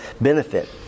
benefit